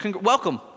welcome